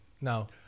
No